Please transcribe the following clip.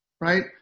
right